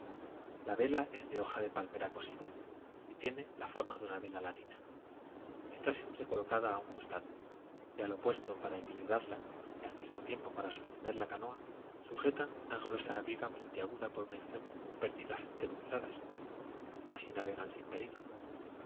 la vela es de hojas de palmera cosidas y tiene la forma de una vela latina está siempre colocada a un costado y al opuesto para equilibrarla y al mismo tiempo para sostener la canoa sujetan una gruesa viga puntiaguda por un extremo con pértigas entre cruzadas así navegan sin peligro